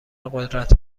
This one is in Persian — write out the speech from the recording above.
قدرت